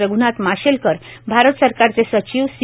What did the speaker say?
रघ्नाथ माशेलकर भारत सरकारचे सचिव सी